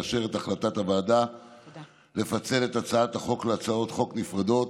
לאשר את החלטת הוועדה לפצל את הצעת החוק להצעות חוק נפרדות